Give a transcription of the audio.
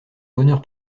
bonheur